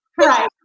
Right